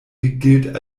gilt